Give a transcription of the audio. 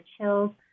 chills